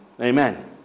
Amen